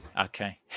Okay